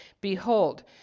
Behold